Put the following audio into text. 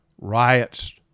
Riots